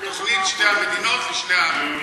דתוכנית שתי המדינות לשני העמים.